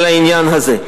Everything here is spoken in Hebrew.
העניין הזה.